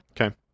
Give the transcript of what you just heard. Okay